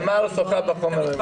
תמר שוחה בחומר הזה מצוין.